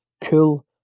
cool